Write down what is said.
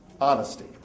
Honesty